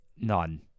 None